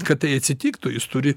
kad tai atsitiktų jis turi